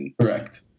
Correct